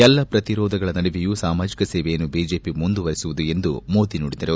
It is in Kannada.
ಎಲ್ಲಾ ಪ್ರತಿರೋಧಗಳ ನಡುವೆಯೂ ಸಾಮಾಜಿಕ ಸೇವೆಯನ್ನು ಬಿಜೆಪಿ ಮುಂದುವರೆಸುವುದು ಎಂದು ಮೋದಿ ನುಡಿದರು